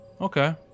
Okay